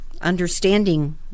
understanding